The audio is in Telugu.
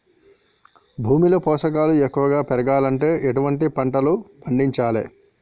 భూమిలో పోషకాలు ఎక్కువగా పెరగాలంటే ఎటువంటి పంటలు పండించాలే?